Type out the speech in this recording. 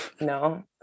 No